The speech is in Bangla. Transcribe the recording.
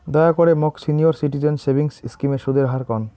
দয়া করে মোক সিনিয়র সিটিজেন সেভিংস স্কিমের সুদের হার কন